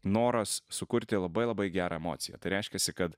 noras sukurti labai labai gerą emociją tai reiškiasi kad